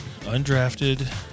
Undrafted